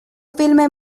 filme